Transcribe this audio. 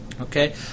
Okay